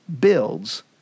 builds